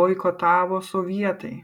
boikotavo sovietai